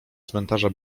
cmentarza